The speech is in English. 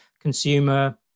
consumer